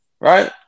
right